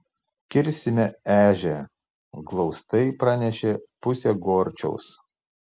kirsime ežią glaustai pranešė pusė gorčiaus